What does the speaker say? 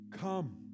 Come